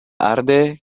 arde